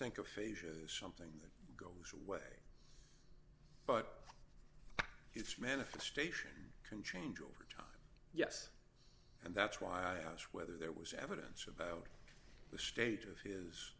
is something that goes away but its manifestation can change over time yes and that's why i asked whether there was evidence about the state of his